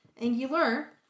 angular